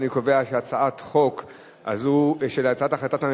ההחלטה בדבר העברת הסמכות הנתונה לשר התעשייה,